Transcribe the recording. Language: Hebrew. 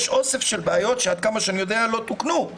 יש אוסף של בעיות שעד כמה שאני יודע לא תוקנו.